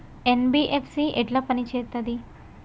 NBFC ఎట్ల పని చేత్తది?